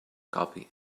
copy